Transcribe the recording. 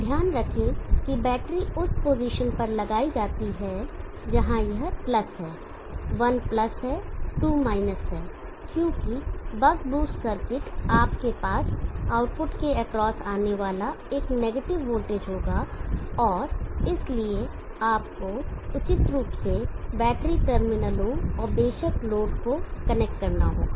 ध्यान रखें कि बैटरी उस पोजीशन पर लगाई जाती है जहाँ यह प्लस है 1 प्लस है 2 माइनस है क्योंकि बक बूस्ट सर्किट आपके पास आउटपुट के एक्रॉस आने वाला एक नेगेटिव वोल्टेज होगा और इसलिए आपको उचित रूप से बैटरी टर्मिनलों और बेशक लोड को कनेक्ट करना होगा